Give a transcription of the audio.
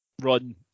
run